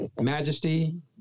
majesty